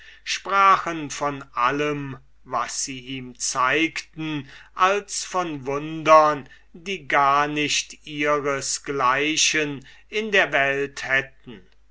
sprachen von allem was sie ihm zeigten als von wundern die gar nicht ihres gleichen in der welt hätten